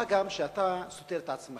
מה גם שאתה סותר את עצמך.